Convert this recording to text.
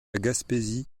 gaspésie